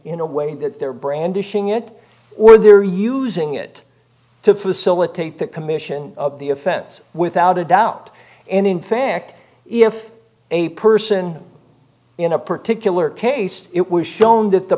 in a way that they're brandishing it or they're using it to facilitate the commission of the offense without a doubt and in fact if a person in a particular case it was shown that the